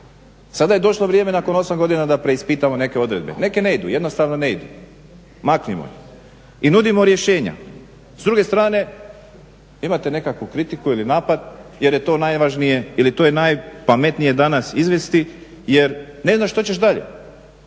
Sada je došlo vrijeme nakon osam godina da preispitamo neke odredbe. Neke ne idu, jednostavno ne idu i nudimo rješenja. S druge strane imate nekakvu kritiku ili napad jer je to najvažnije ili to je najpametnije danas izvesti jer ne znaš što ćeš dalje,